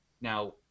Now